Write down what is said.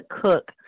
cook